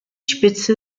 spitze